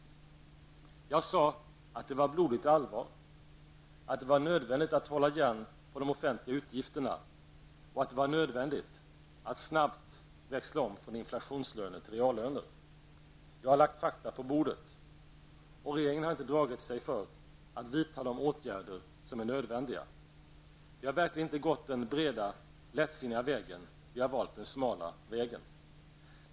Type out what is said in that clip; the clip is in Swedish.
Jag sade att det var blodigt allvar, att det var nödvändigt att hålla igen på de offentliga utgifterna och att det var nödvändigt att snabbt växla om från inflationslöner till reallöner. Jag har lagt fakta på bordet. Och regeringen har inte dragit sig för att vidta de åtgärder som är nödvändiga. Vi har verkligen inte gått den breda, lättsinniga vägen; vi har valt den smala vägen.